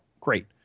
great